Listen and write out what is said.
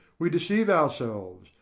we deceive ourselves,